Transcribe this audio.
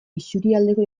isurialdeko